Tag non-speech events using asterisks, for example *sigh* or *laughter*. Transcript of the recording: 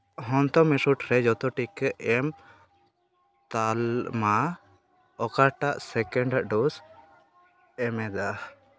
ᱦᱚᱱᱛᱚ ᱢᱮᱥᱚᱴ ᱨᱮ ᱡᱚᱛᱚ ᱴᱤᱠᱟᱹ ᱮᱢ ᱛᱟᱞᱢᱟ ᱚᱠᱟᱴᱟᱜ ᱥᱮᱠᱮᱱᱰ *unintelligible* ᱰᱳᱡᱽ ᱮᱢᱮᱫᱟ